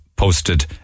posted